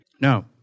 No